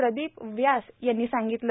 प्रदीप व्यास यांनी सांगितलं